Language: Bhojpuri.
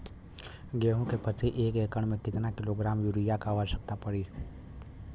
गेहूँ के प्रति एक एकड़ में कितना किलोग्राम युरिया क आवश्यकता पड़ी?